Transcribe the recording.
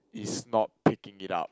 is not picking it up